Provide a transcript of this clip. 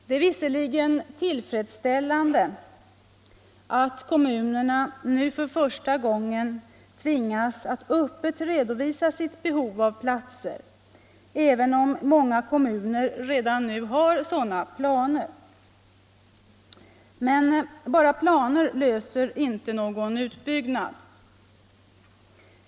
Det är visserligen tillfredsställande att kommunerna nu för första gången tvingas att öppet redovisa sitt behov av platser även om många kommuner redan nu har sådana planer. Men bara planer ger inte någon utbyggnad.